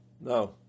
No